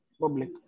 public